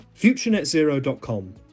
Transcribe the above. FutureNetZero.com